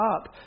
up